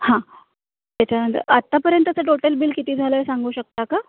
हां त्याच्यानंतर आत्तापर्यंतचं टोटल बिल किती झालं आहे सांगू शकता का